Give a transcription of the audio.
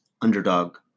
Underdog